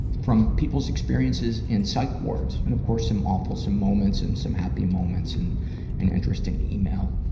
from people's experiences in psych wards. and, of course, some awfulsome moments and some happy moments and an interesting email.